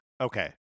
Okay